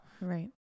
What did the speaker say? Right